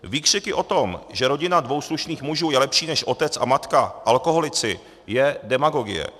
Výkřiky o tom, že rodina dvou slušných mužů je lepší než otec a matka alkoholici, je demagogie.